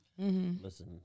Listen